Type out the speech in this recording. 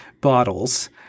bottles